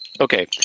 Okay